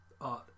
art